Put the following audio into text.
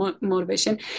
motivation